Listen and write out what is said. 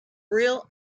real